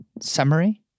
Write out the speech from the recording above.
summary